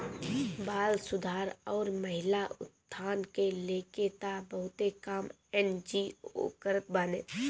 बाल सुधार अउरी महिला उत्थान के लेके तअ बहुते काम एन.जी.ओ करत बाने